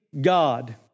God